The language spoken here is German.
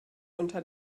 unter